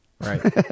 Right